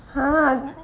!huh!